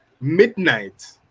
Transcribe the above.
midnight